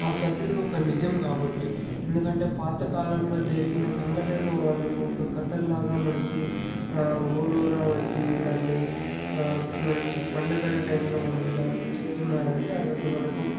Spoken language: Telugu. ఆ కథలు ఒక నిజం కాబట్టి ఎందుకంటే పాతకాలంలో జరిగిన సంఘటనలు వాళ్ళు ఒక కథల్లాగా మనకి ఊరూరా వచ్చి ఇలాంటి మనకి పండుగల టైంలో మనకి ఇలా అంత చెప్తున్నారంటే అదొక మనకు